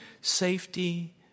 safety